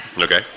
Okay